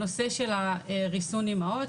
הנושא של ריסון אימהות,